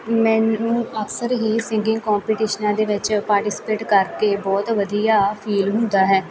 ਮੈਨੂੰ ਅਕਸਰ ਹੀ ਸਿੰਗਿੰਗ ਕੋਪਟੀਸ਼ਨਾਂ ਦੇ ਵਿੱਚ ਪਾਰਟੀਸਪੇਟ ਕਰਕੇ ਬਹੁਤ ਵਧੀਆ ਫੀਲ ਹੁੰਦਾ ਹੈ